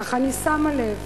אך אני שמה לב